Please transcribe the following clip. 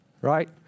right